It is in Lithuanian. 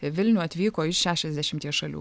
vilnių atvyko iš šešiasdešimties šalių